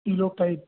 kilo type